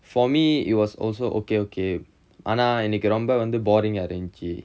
for me it was also okay okay ஆனா இன்னைக்கு ரொம்ப வந்து:aanaa innaikku romba vanthu boring ah இருந்துச்சி:irunthuchi